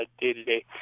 day-to-day